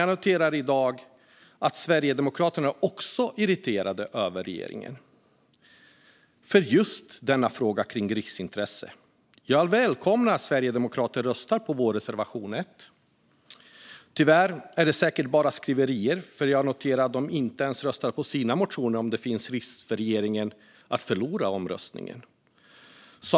Jag noterar i dag att Sverigedemokraterna också är irriterade på regeringen i just frågan om riksintressen. Jag välkomnar Sverigedemokraterna att rösta på vår reservation 1. Tyvärr är det säkert bara fråga om skriverier, för jag noterar att de inte ens röstar på sina motioner om det finns risk för regeringen att förlora omröstningen.